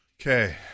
Okay